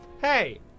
Hey